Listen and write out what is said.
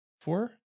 four